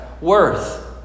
worth